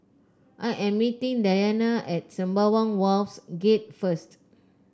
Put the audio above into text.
I am meeting Diana at Sembawang Wharves Gate first